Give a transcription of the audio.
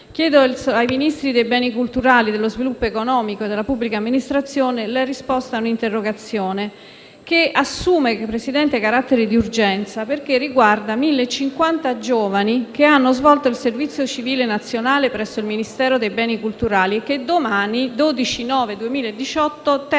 Chiedo ai Ministri dei beni culturali, dello sviluppo economico e della pubblica amministrazione la risposta a un'interrogazione che assume, Presidente, carattere di urgenza perché riguarda 1.050 giovani che hanno svolto il servizio civile nazionale presso il Ministero dei beni culturali, che domani, 12 settembre 2018, terminano